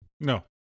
No